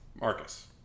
Marcus